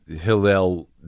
Hillel